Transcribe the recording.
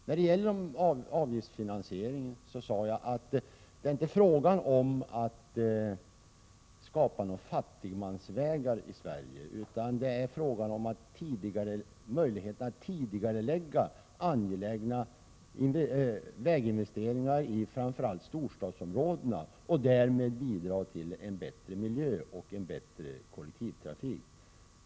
När det gäller avgiftsfinansiering sade jag att det inte är fråga om att skapa några fattigmansvägar i Sverige, utan om möjligheten att tidigarelägga angelägna väginvesteringar i framför allt storstadsområdena och därmed bidra till en bättre miljö och en bättre kollektivtrafik.